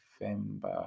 November